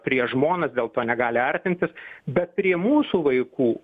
prieš žmonas dėl to negali artintis bet prie mūsų vaikų